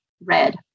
red